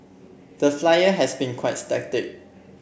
the Flyer has been quite static